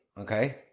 okay